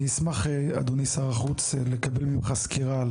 אני אשמח אדוני שר החוץ לקבל ממך סקירה על